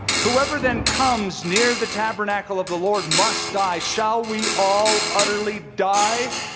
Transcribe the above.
whoever then comes near the tabernacle of the lord must die. shall we all utterly die